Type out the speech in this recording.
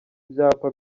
byapa